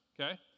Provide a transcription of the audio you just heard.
okay